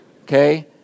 Okay